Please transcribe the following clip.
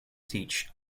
teach